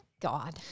God